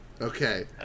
Okay